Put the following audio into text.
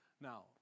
Now